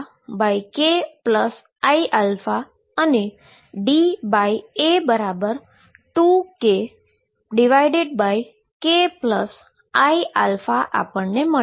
k iαkiα અને DA2kkiα આપણને મળે છે